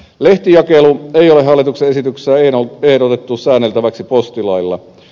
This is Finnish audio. lehtijakelua ei ole hallituksen esityksessä ehdotettu säänneltäväksi postilailla